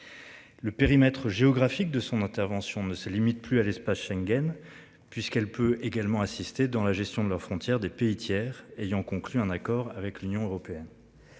Le périmètre géographique de son intervention ne se limite plus à l'espace Schengen puisqu'elle peut également assisté dans la gestion de leurs frontières des pays tiers ayant conclu un accord avec l'Union européenne.